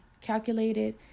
calculated